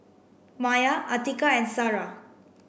Maya Atiqah and Sarah